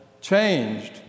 changed